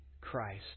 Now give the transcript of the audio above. Christ